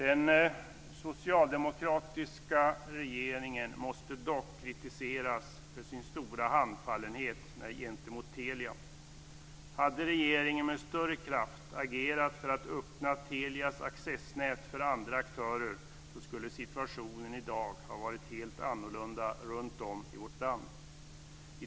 Den socialdemokratiska regeringen måste dock kritiseras för sin stora handfallenhet gentemot Telia. Hade regeringen med större kraft agerat för att öppna Telias accessnät för andra aktörer så skulle situationen i dag ha varit helt annorlunda runtom i vårt land.